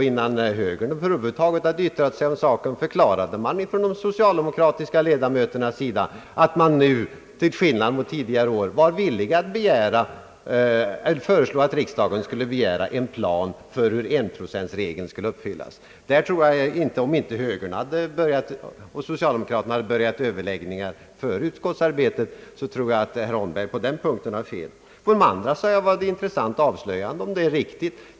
Innan högern över huvud taget yttrat sig om saken förklarade de socialdemokratiska ledamöterna att man nu, till skillnad mot tidigare år, var villig att föreslå att riksdagen skulle begära en plan för hur 1-procentregeln skall förverkligas. Om inte högern och socialdemokraterna hade börjat överläggningar före utskottsarbetet, tror jag att herr Holmberg har fel på den punkten. På de andra punkterna sade jag att det var ett intressant avslöjande om herr Holmberg hade rätt.